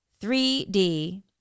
3D